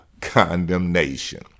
condemnation